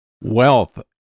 wealth